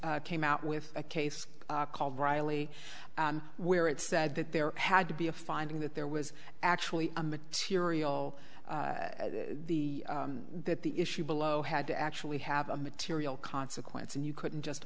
case came out with a case called riley where it said that there had to be a finding that there was actually a material the that the issue below had to actually have a material consequence and you couldn't just